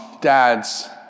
dads